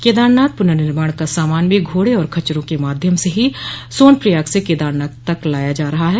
केदारनाथ पुनर्निर्माण का सामान भी घोड़े और खच्चरों के माध्यम से ही सोनप्रयाग से केदारनाथ तक लाया जा रहा है